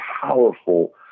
powerful